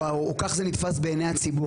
או כך זה נתפס בעיני הציבור,